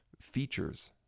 features